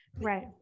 Right